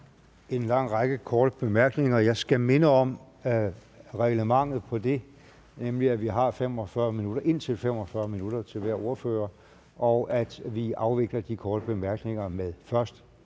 en lang række korte bemærkninger, og jeg skal minde om reglementet for det, nemlig at vi har indtil 45 minutter til hver ordfører, og at vi afvikler de korte bemærkninger med først